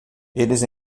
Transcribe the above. eles